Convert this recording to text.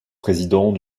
président